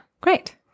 great